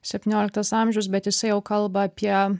septynioliktas amžius bet jisai jau kalba apie